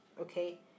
okay